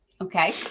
okay